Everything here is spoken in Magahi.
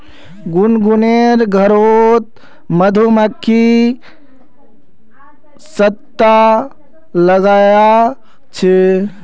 गुनगुनेर घरोत मधुमक्खी छत्ता लगाया छे